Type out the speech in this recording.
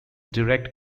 direct